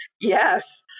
Yes